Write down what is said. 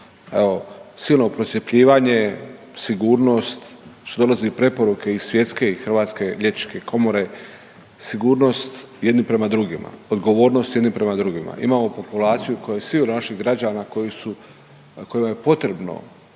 silno procjepljivanje, sigurnost, što dolaze i preporuke iz svjetske i HLK-a, sigurnost jedni prema drugima, odgovornost jedni prema drugima. Imamo populaciju koji, …/Govornik se ne razumije/…